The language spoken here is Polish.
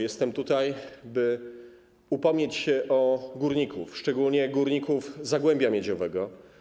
Jestem tutaj, aby upomnieć się o górników, szczególnie górników z Zagłębia Miedziowego.